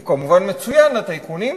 הוא כמובן מצוין לטייקונים,